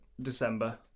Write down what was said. December